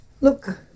Look